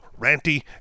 ranty